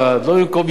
לא במקום יוון.